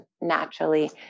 naturally